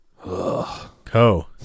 Co